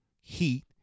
heat